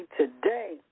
today